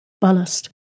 ballast